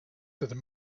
that